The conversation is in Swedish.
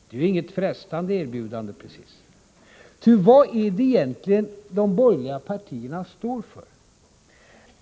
Det är ju inget frestande erbjudande precis. Ty vad är det egentligen de borgerliga partierna står för?